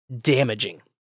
damaging